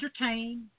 Entertain